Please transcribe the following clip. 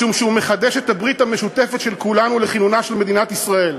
משום שהוא מחדש את הברית המשותפת של כולנו לכינונה של מדינת ישראל.